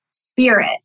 spirit